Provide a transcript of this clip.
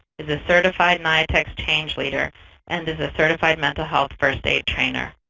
is a certified niatx change leader and is a certified mental health first aid trainer.